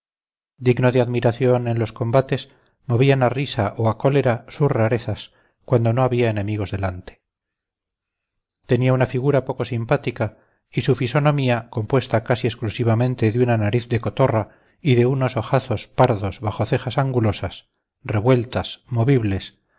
digno de admiración en los combates movían a risa o a cólera sus rarezas cuando no había enemigos delante tenía una figura poco simpática y su fisonomía compuesta casi exclusivamente de una nariz de cotorra y de unos ojazos pardos bajo cejas angulosas revueltas movibles